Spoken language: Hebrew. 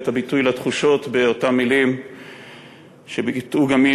את הביטוי לתחושות באותן מילים שביטאו גם מי